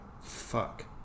fuck